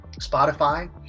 Spotify